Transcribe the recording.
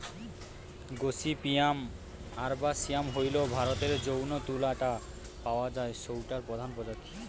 gossypium arboreum হইল ভারতরে যৌ তুলা টা পাওয়া যায় সৌটার প্রধান প্রজাতি